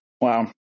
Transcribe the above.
Wow